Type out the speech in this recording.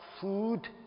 food